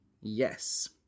Yes